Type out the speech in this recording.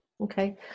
Okay